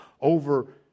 over